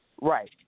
Right